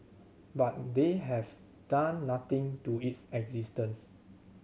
but they have done nothing to its existence